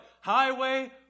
highway